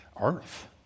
earth